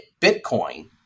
Bitcoin